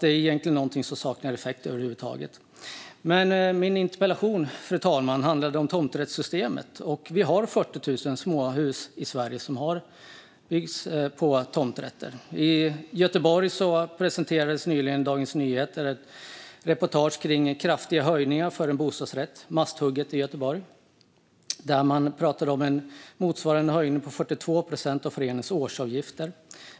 Det är alltså något som egentligen saknar effekt. Min interpellation handlade dock om tomträttssystemet. Det finns 40 000 småhus i Sverige som har byggts på tomträtter. Dagens Nyheter presenterade nyligen ett reportage om kraftiga avgiftshöjningar för en bostadsrättsförening i Masthugget i Göteborg. Där talar man om en höjning motsvarande 42 procent av föreningens årsavgifter.